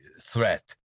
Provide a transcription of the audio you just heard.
threat